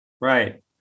Right